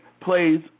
plays